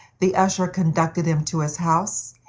the usher conducted him to his house,